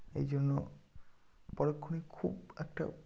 এই জন্য পরক্ষণে খুব একটা